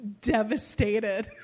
devastated